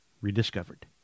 rediscovered